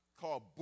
called